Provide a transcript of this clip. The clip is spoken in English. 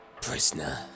prisoner